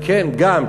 כן, גם.